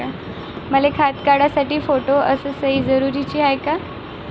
मले खातं काढासाठी फोटो अस सयी जरुरीची हाय का?